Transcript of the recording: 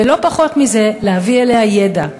ולא פחות מזה, להביא אליה ידע.